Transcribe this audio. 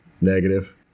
negative